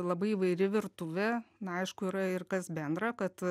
labai įvairi virtuvė na aišku yra ir kas bendra kad